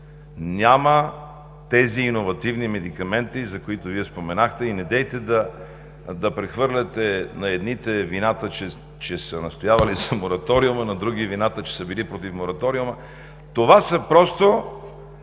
няма тези иновативни медикаменти, за които Вие споменахте, и недейте да прехвърляте на едните вината, че са настоявали за мораториума, на други вината, че са били против него. Това са